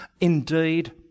indeed